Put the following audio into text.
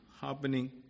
happening